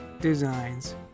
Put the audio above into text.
designs